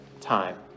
time